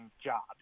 jobs